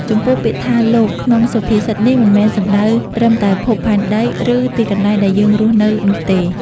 ចំពោះ ពាក្យថា "លោក" ក្នុងសុភាសិតនេះ មិនមែនសំដៅត្រឹមតែភពផែនដី ឬទីកន្លែងដែលយើងរស់នៅនោះទេ។